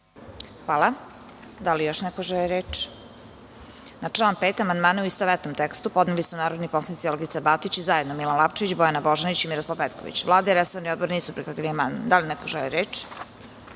Hvala. Da li još neko želi reč? (Ne)Na član 5. amandmane u istovetnom tekstu podneli su narodni poslanici Olgica Batić i zajedno Milan Lapčević, Bojana Božanić i Miroslav Petković. Vlada i resorni odbor nisu prihvatili amandman. Da li neko želi reč?